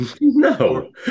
no